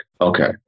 okay